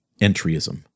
entryism